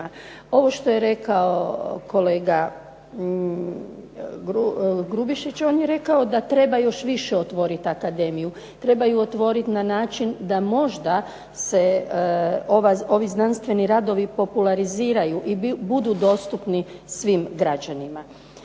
Ovo što je rekao kolega Grubišić, on je rekao da treba još više otvoriti akademiju, treba ju otvoriti na način da možda se ovi znanstveni radovi populariziraju, i budu dostupni svim građanima.